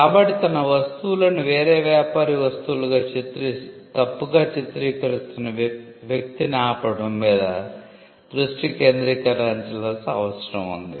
కాబట్టి తన వస్తువులను వేరే వ్యాపారి వస్తువులుగా తప్పుగా చిత్రీకరిస్తున్న వ్యక్తిని ఆపడం మీద దృష్టి కేంద్రీకరించాల్సిన అవసరం ఉంది